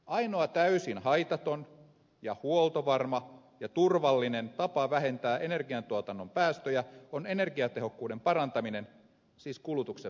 ainoa täysin haitaton ja huoltovarma ja turvallinen tapa vähentää energiantuotannon päästöjä on energiatehokkuuden parantaminen siis kulutuksen vähentäminen